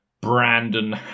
Brandon